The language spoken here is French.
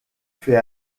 fait